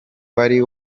wari